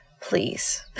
Please